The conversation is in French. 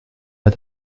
pas